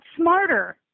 smarter